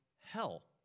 hell